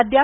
अद्याप